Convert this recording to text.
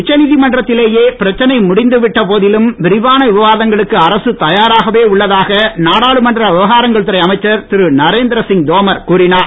உச்சநீதிமன்றத்திலேயே பிரச்சனை முடிந்து விட்ட போதிலும் விரிவான விவாதங்களுக்கு அரசு தயாராகவே உள்ளதாக நாடாளுமன்ற விவகாரங்கள் துறை அமைச்சர் திரு நரேந்திரசிங் தோமார் கூறினார்